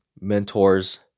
mentors